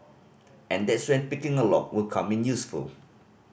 and that's when picking a lock will come in useful